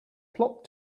plot